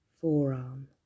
forearm